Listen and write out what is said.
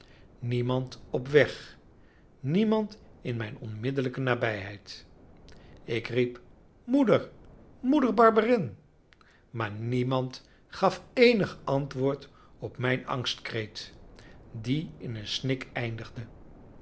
niemand op weg niemand in mijn onmiddellijke nabijheid ik riep moeder moeder barberin maar niemand gaf eenig antwoord op mijn angstkreet die in een snik eindigde